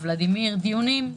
ולדימיר דיונים.